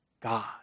God